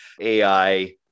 AI